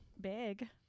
big